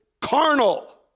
carnal